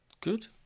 good